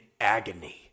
agony